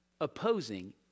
Opposing